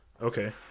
Okay